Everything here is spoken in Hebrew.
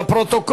רוזין.